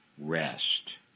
rest